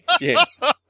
yes